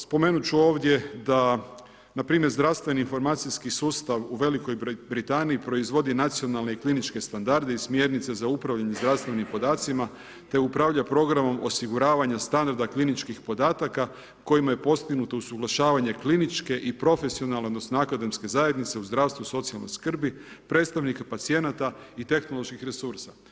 Spomenut ću ovdje da npr. zdravstveni informacijski sustav u Velikoj Britaniji proizvodi nacionalne i kliničke standarde i smjernice za upravljanje zdravstvenim podacima, te upravlja programom osiguravanja ... kliničkih podataka kojima je postignuto usuglašavanje kliničke i profesionalne, odnosno akademske zajednice u zdravstvu i socijalnoj skrbi, predstavnike pacijenata i tehnoloških resursa.